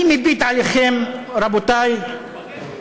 אני מביט עליכם, רבותי,